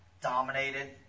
dominated